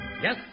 Yes